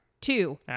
two